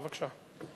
בבקשה.